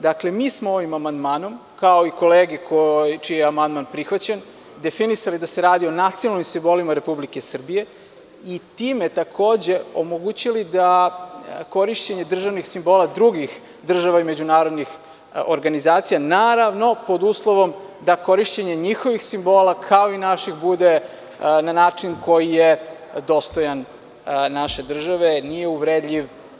Dakle, mi smo ovim amandmanom, kao i kolege čiji je amandman prihvaćen, definisali da se radi o nacionalnim simbolima Republike Srbije i time takođe omogućili da korišćenje državnih simbola drugih država i međunarodnih organizacija, naravno, pod uslovom da korišćenje njihovih simbola, kao i naših bude na način koji je dostojan naše države, nije uvredljiv.